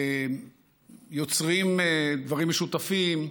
יוצרים דברים משותפים,